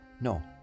No